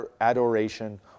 adoration